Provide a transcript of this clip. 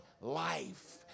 life